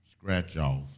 scratch-off